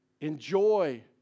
enjoy